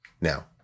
now